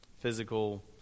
Physical